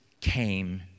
came